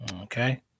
Okay